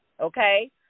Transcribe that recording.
okay